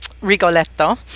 Rigoletto